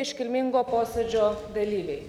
iškilmingo posėdžio dalyviai